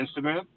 Instagram